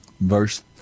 Verse